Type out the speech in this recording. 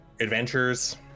Adventures